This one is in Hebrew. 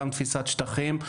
גם תפיסת שטחים.